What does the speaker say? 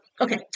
Okay